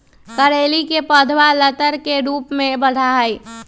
करेली के पौधवा लतर के रूप में बढ़ा हई